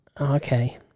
Okay